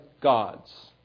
gods